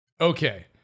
Okay